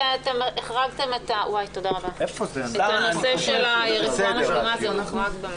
כי הנושא של רפואה משלימה זה הוחרג במקום אחר.